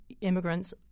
immigrants